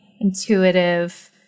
intuitive